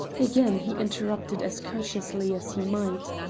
again he interrupted as courteously as he might.